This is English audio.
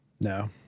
No